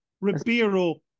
Ribeiro